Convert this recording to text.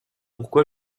pourquoi